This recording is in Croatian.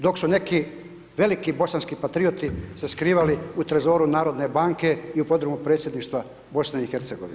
Dok su neki veliki bosanski patrijoti se skrivali u trezoru Narodne banke i u podrumu predsjedništva BIH.